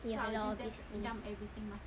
ya lor just